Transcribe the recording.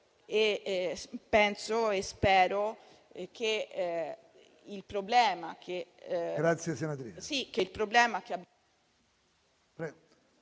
Grazie, senatrice.